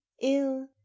ill